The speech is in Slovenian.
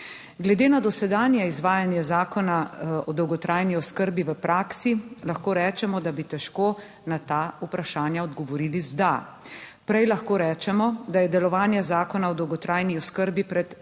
Glede na dosedanje izvajanje zakona o dolgotrajni oskrbi v praksi lahko rečemo, da bi težko na ta vprašanja odgovorili z da. Prej lahko rečemo, da je delovanje Zakona o dolgotrajni oskrbi pred veliko